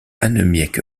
annemiek